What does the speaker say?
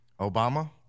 Obama